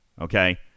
Okay